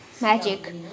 magic